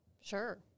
Sure